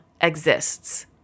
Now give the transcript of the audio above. exists